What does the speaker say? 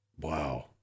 wow